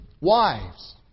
wives